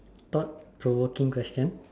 thought provoking question